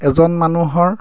এজন মানুহৰ